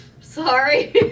Sorry